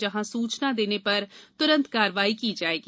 जहां सूचना देने पर तुरंत कार्रवाई की जाएगी